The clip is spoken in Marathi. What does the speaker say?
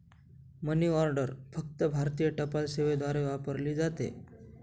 मनी ऑर्डर फक्त भारतीय टपाल सेवेद्वारे वापरली जाते